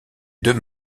deux